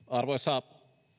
arvoisa